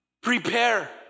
Prepare